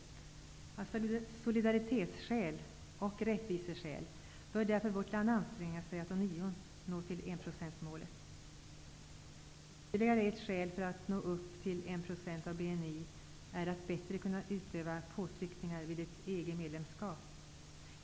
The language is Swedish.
Av solidaritetsskäl och rättviseskäl bör därför vårt land anstränga sig att ånyo nå upp till enprocentsmålet. Ytterligare ett skäl till att vi bör sträva efter att återigen nå upp till 1 % av BNI är att vi på så sätt bättre skulle kunna utöva påtryckningar vid ett EG medlemskap.